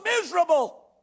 miserable